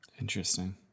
Interesting